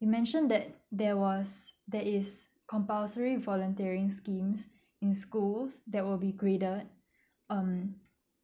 you mentioned that there was there is compulsory volunteering schemes in schools that will be graded um